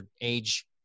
age